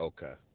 Okay